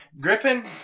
Griffin